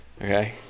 Okay